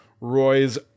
Roy's